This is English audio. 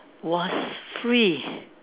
was free